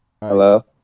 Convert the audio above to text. hello